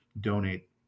donate